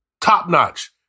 top-notch